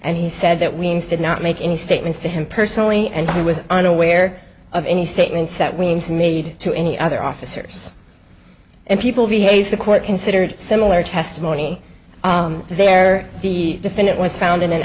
and he said that weans did not make any statements to him personally and he was unaware of any statements that weans made to any other officers and people behave the court considered similar testimony there the defendant was found in an